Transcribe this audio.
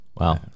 wow